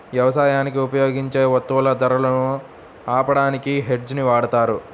యవసాయానికి ఉపయోగించే వత్తువుల ధరలను ఆపడానికి హెడ్జ్ ని వాడతారు